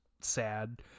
sad